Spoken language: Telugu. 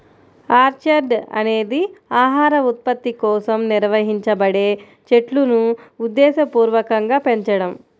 ఆర్చర్డ్ అనేది ఆహార ఉత్పత్తి కోసం నిర్వహించబడే చెట్లును ఉద్దేశపూర్వకంగా పెంచడం